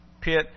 pit